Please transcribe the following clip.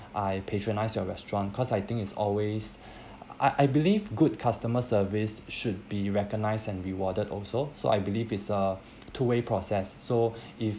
I patronize your restaurant cause I think is always I I believe good customer service should be recognized and rewarded also so I believe it's a two-way process so if